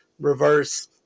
Reverse